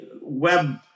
Web